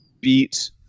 beat